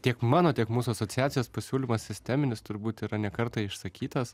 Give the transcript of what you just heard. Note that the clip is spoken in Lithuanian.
tiek mano tiek mūsų asociacijos pasiūlymas sisteminis turbūt yra ne kartą išsakytas